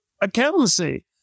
accountancy